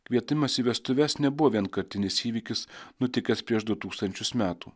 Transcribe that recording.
kvietimas į vestuves nebuvo vienkartinis įvykis nutikęs prieš du tūkstančius metų